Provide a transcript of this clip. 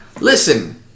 Listen